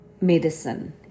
medicine